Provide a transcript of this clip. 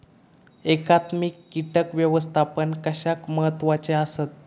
एकात्मिक कीटक व्यवस्थापन कशाक महत्वाचे आसत?